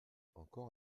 encore